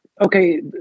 okay